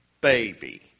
baby